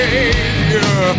Savior